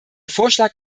vorschlag